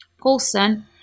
Paulson